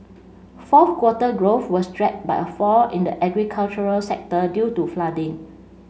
fourth quarter growth was dragged by a fall in the agricultural sector due to flooding